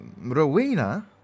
Rowena